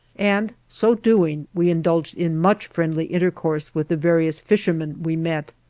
and so doing we indulged in much friendly intercourse with the various fishermen we met.